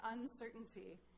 uncertainty